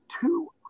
two